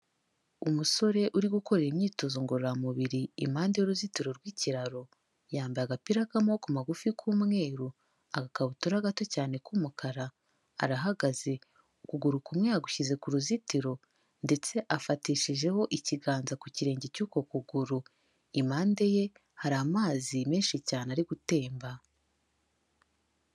Umusore uri gukorera imyitozo ngororamubiri impande y'uruzitiro rw'ikiraro, yambaye agapira k'amakoboko magufi k'umweru, agakabutura gato cyane k'umukara, arahagaze, ukuguru kumwe yagushyize ku ruzitiro ndetse afatishijeho ikiganza ku kirenge cy'uko kuguru, impande ye hari amazi menshi cyane ari gutemba.